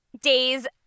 days